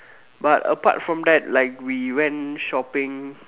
but apart from that like we went shopping